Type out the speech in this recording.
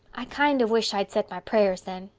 i kind of wish i'd said my prayers then,